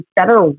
better